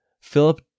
Philip